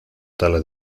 tala